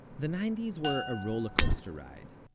the nineties were a rollercoaster ride.